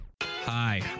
Hi